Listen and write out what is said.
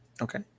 okay